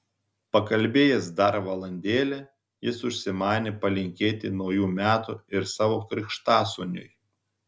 pakalbėjęs dar valandėlę jis užsimanė palinkėti naujų metų ir savo krikštasūniui